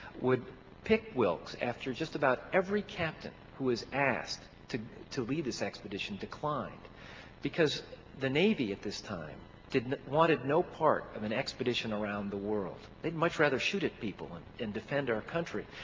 would pick wilkes after just about every captain who was asked to to lead this expedition declined because the navy at this time wanted no part of an expedition around the world. they'd much rather shoot at people and and defend our country.